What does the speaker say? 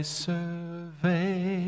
survey